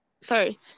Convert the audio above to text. Sorry